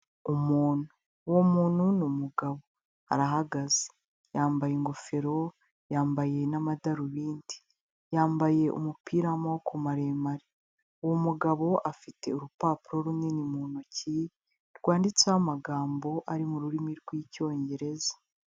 Umuntu, uwo muntu ni umugabo, arahagaze yambaye ingofero yambaye n'amadarubindi, yambaye umupira w'amaboko maremare, uwo mugabo afite urupapuro runini mu ntoki, rwanditseho amagambo ari mu rurimi rw'icyongereza.